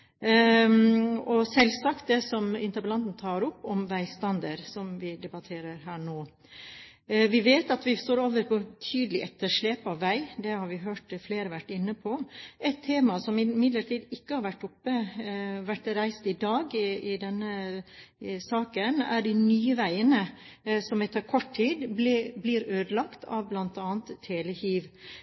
og selvsagt det som interpellanten tar opp om veistandard, som vi debatterer her nå. Vi vet at vi står overfor et betydelig etterslep på vei. Det har vi hørt at flere har vært inne på. Et tema som imidlertid ikke har vært reist i dag i denne saken, er de nye veiene som etter kort tid blir ødelagt av bl.a. telehiv.